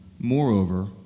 Moreover